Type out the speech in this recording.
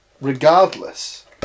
regardless